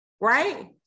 Right